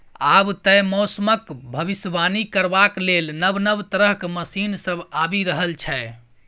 आब तए मौसमक भबिसबाणी करबाक लेल नब नब तरहक मशीन सब आबि रहल छै